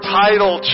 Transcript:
title